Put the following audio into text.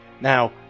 now